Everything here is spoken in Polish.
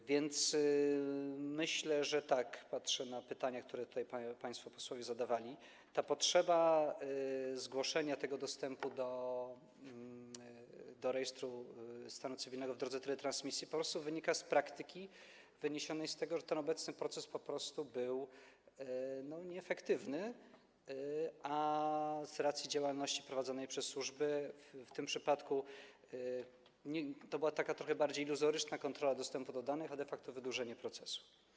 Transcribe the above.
A więc myślę - patrzę na pytania, które tutaj państwo posłowie zadawali - że ta potrzeba zgłoszenia tego dostępu do rejestru stanu cywilnego w drodze teletransmisji po prostu wynika z praktyki wyniesionej z tego, że ten obecny proces po prostu był nieefektywny, a z racji działalności prowadzonej przez służby w tym przypadku to była taka trochę bardziej iluzoryczna kontrola dostępu do danych, a de facto było to wydłużenie procesu.